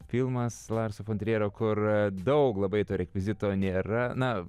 filmas larso fontrero kur daug labai to rekvizito nėra na